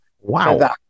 Wow